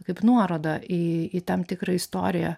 kaip nuoroda į į tam tikrą istoriją